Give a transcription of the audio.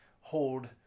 hold